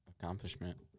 accomplishment